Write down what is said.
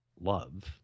love